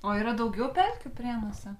o yra daugiau pelkių prienuose